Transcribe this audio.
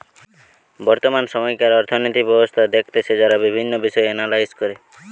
বর্তমান সময়কার অর্থনৈতিক ব্যবস্থা দেখতেছে যারা বিভিন্ন বিষয় এনালাইস করে